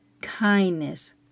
kindness